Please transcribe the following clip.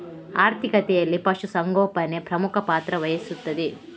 ಆರ್ಥಿಕತೆಯಲ್ಲಿ ಪಶು ಸಂಗೋಪನೆ ಪ್ರಮುಖ ಪಾತ್ರ ವಹಿಸುತ್ತದೆ